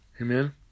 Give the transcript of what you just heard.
Amen